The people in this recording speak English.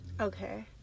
Okay